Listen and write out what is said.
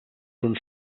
són